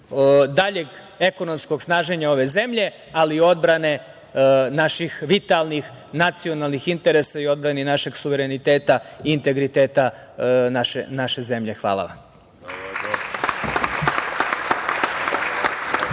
daljeg ekonomskog snaženja ove zemlje, ali i odbrane naših vitalnih nacionalnih interesa i odbrani našeg suvereniteta i integriteta naše zemlje. Hvala vam.